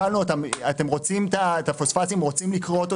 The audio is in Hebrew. שאלנו אותם: אתם רוצים לכרות את הפוספטים בעצמכם?